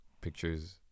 pictures